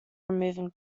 removing